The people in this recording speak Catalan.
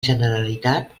generalitat